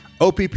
OPP